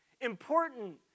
important